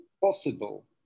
possible